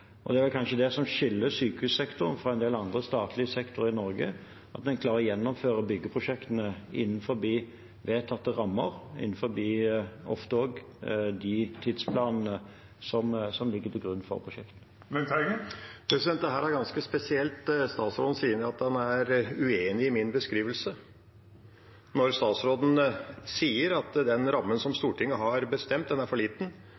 Det er kanskje det som skiller sykehussektoren fra en del andre statlige sektorer i Norge, at en klarer å gjennomføre byggeprosjektene innenfor vedtatte rammer og ofte også innenfor de tidsplanene som ligger til grunn for prosjektet. Dette er ganske spesielt. Statsråden sier at han er uenig i min beskrivelse, når statsråden sier at den rammen som Stortinget har bestemt, er for liten,